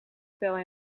pijl